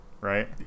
right